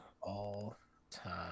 all-time